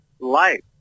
life